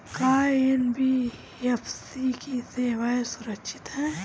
का एन.बी.एफ.सी की सेवायें सुरक्षित है?